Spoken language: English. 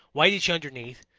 whitish underneath,